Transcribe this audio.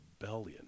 rebellion